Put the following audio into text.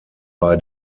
bei